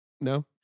No